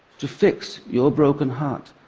to fix your broken heart,